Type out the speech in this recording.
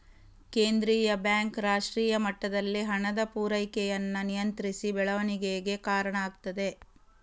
ಕೇಂದ್ರೀಯ ಬ್ಯಾಂಕ್ ರಾಷ್ಟ್ರೀಯ ಮಟ್ಟದಲ್ಲಿ ಹಣದ ಪೂರೈಕೆಯನ್ನ ನಿಯಂತ್ರಿಸಿ ಬೆಳವಣಿಗೆಗೆ ಕಾರಣ ಆಗ್ತದೆ